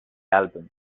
album